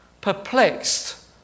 perplexed